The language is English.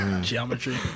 Geometry